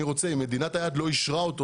רוצה אבל אם מדינת היעד לא אישרה אותי,